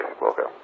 welcome